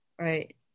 right